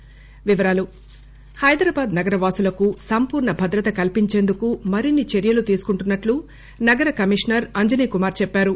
commissioner Hyderabad నగరవాసులకు సంపూర్ణ భద్రత కల్పించేందుకు మరిన్స చర్యలు తీసుకుంటున్నట్లు నగర కమిషనర్ అంజనీకుమార్ చెప్పారు